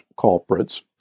culprits